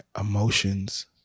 emotions